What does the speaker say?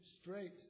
straight